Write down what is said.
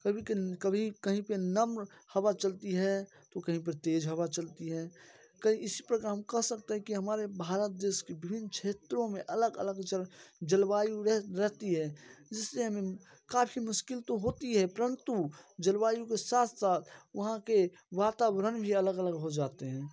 कभी कहीं पर नम हवा चलती है तो कहीं पर तेज़ हवा चलती है कईं इस प्रकार कह सकते है कि हमारे भारत देश के विभिन्न क्षेत्रों में अलग अलग जल जलवायु रह रहती है जिससे हमें काफ़ी मुश्किल तो होती है परंतु जलवायु के साथ साथ वहाँ के वातावरण भी अलग अलग हो जाते हैं